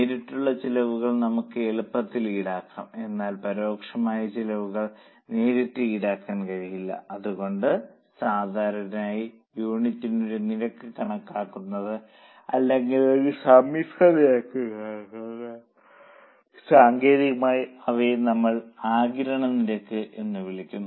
നേരിട്ടുള്ള ചെലവുകൾ നമുക്ക് എളുപ്പത്തിൽ ഈടാക്കാം എന്നാൽ പരോക്ഷമായ ചിലവുകൾ നേരിട്ട് ഈടാക്കാൻ കഴിയില്ല അതുകൊണ്ടാണ് സാധാരണയായി യൂണിറ്റിന് ഒരു നിരക്ക് കണക്കാക്കുന്നത് അല്ലെങ്കിൽ ഒരു സമ്മിശ്ര നിരക്ക് കണക്കാക്കുന്നത് സാങ്കേതികമായി അവയെ നമ്മൾ ആഗിരണ നിരക്ക് എന്ന് വിളിക്കുന്നു